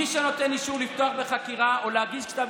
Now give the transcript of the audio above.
מי שנותן אישור לפתוח בחקירה או להגיש כתב